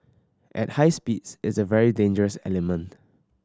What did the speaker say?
at high speeds it's a very dangerous element